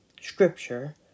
Scripture